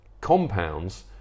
compounds